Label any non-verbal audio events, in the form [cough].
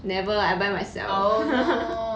never I buy myself [laughs]